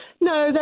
No